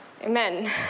Amen